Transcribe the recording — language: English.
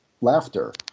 laughter